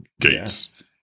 Gates